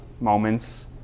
moments